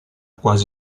quasi